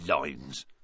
lines